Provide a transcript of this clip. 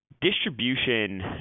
Distribution